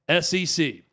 SEC